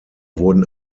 wurden